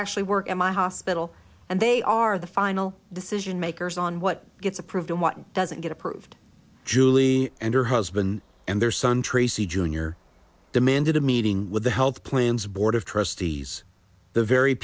actually work at my hospital and they are the final decision makers on what gets approved and what doesn't get approved julie and her husband and their son tracy jr demanded a meeting with the health plans board of trustees the very